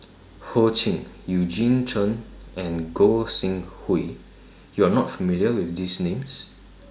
Ho Ching Eugene Chen and Gog Sing Hooi YOU Are not familiar with These Names